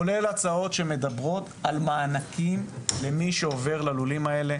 כולל הצעות שמדברות על מענקים למי שעובר ללולים האלה,